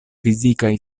fizikaj